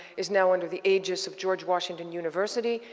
is now under the aegis of george washington university.